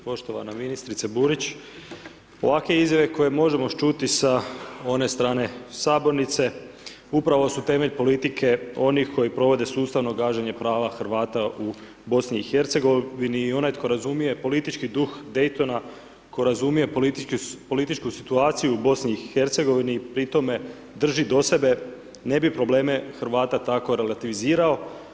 Poštovana ministrice Burić, ovakve izjave koje možemo čuti sa one strane sabornice upravo su temelj politike onih koji provode sustavno gaženje prava Hrvata u BiH i onaj tko razumije politički duh Daytona, tko razumije političku situaciju u BiH i pri tome drži do sebe, ne bi probleme Hrvata tako relativizirao.